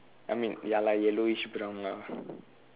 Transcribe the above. I mean ya lah yellowish brown lah